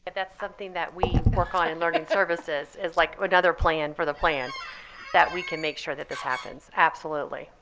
that's something that we work on in learning services is like, another plan for the plan that we can make sure that this happens. absolutely.